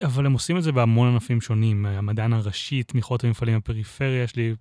אבל הם עושים את זה בהמון ענפים שונים, המדען הראשי, תמיכות במפעלים בפריפריה, יש לי